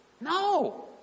No